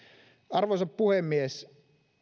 arvoisa puhemies